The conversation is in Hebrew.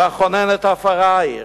ואחונן את עפרייך,